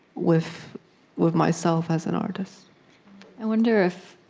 with with myself as an artist i wonder if,